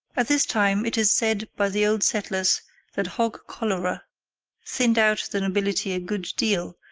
at this time, it is said by the old settlers that hog cholera thinned out the nobility a good deal,